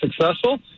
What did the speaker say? successful